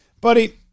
Buddy